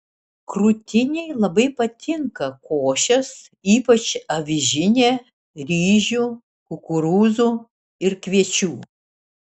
krūtinei labai patinka košės ypač avižinė ryžių kukurūzų ir kviečių